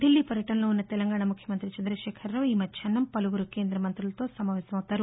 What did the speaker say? ఢిల్లీ పర్యటనలో ఉన్న తెలంగాణ ముఖ్యమంతి చంద్రదశేఖర్రావు ఈ మధ్యాహ్నం పలువురు కేందమంతులతో సమావేశమవుతారు